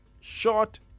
short